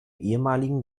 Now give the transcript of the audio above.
ehemaligen